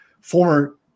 former